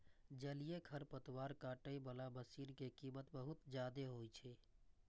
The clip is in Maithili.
जलीय खरपतवार काटै बला मशीन के कीमत बहुत जादे होइ छै